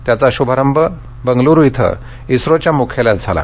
याचा शुभारभ बेंगळूरू इथं इस्रोच्या मुख्यालयात झाला